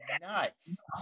nuts